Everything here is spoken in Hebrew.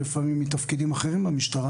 לפעמים מתפקידים אחרים במשטרה.